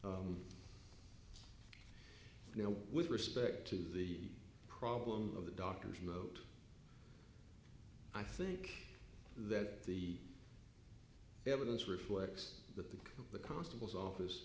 you know with respect to the problem of the doctor's note i think that the evidence reflects the constable's office